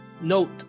note